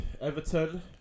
Everton